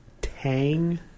tang